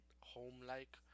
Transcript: home-like